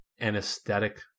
anesthetic